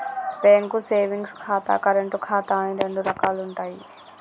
bank savings ఖాతా, current ఖాతా అని రెండు రకాలుంటయ్యి